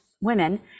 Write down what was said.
women